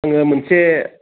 आङो मोनसे